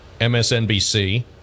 MSNBC